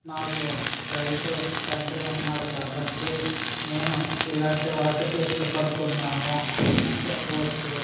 నాకు రైతు తండ్రి ఉన్నాడు కాబట్టి నేను ఇలాంటి వాటికి ఇష్టపడుతున్నాను అని చెప్పవచ్చు